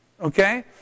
Okay